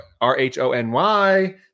R-H-O-N-Y